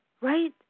right